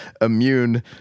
immune